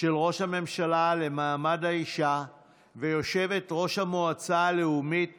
של ראש הממשלה למעמד האישה וליושבת-ראש המועצה הלאומית